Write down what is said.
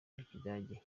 rw’ikidage